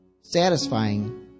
satisfying